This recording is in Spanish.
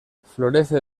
florece